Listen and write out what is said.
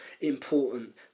important